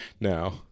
now